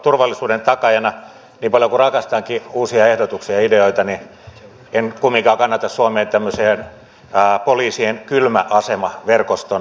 niin paljon kuin rakastankin uusia ehdotuksia ja ideoita niin en kumminkaan kannata suomeen tämmöisen poliisien kylmäasemaverkoston käyttöönottoa